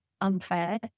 unfair